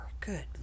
good